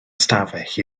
ystafell